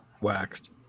waxed